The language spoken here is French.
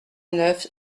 neuf